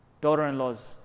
daughter-in-laws